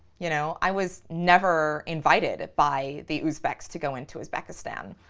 you know, i was never invited by the uzbeks to go into uzbekistan.